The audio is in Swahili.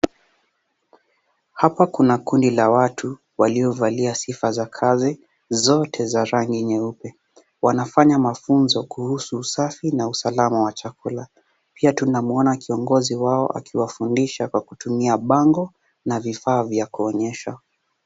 Hapa kuna kundi la watu waliovalia sifa za kazi. Zote za rangi nyeupe. Wanafanya mafunzo kuhusu usafi na usalama wa chakula. Pia tunamwona kiongozi wao akiwafundisha kwa kutumia bango na vifaa vya kuonyesha.